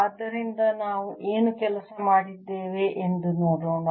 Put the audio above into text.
ಆದ್ದರಿಂದ ನಾವು ಏನು ಕೆಲಸ ಮಾಡಿದ್ದೇವೆ ಎಂದು ನೋಡೋಣ